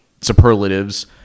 superlatives